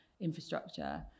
infrastructure